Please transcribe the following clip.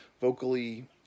vocally